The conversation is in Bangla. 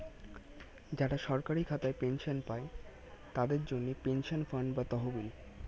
যারা সরকারি খাতায় পেনশন পায়, তাদের জন্যে পেনশন ফান্ড বা তহবিল